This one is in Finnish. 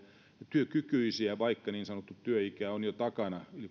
työkykyisiä vaikka niin sanottu työikä on jo takana